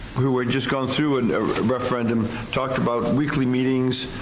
who had just gone through a referendum talked about and weekly meetings,